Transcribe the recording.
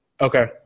Okay